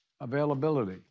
availability